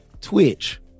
twitch